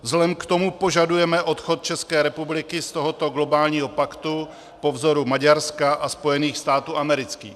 Vzhledem k tomu požadujeme odchod České republiky z tohoto globálního paktu po vzoru Maďarska a Spojených států amerických.